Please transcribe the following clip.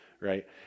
right